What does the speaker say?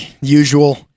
usual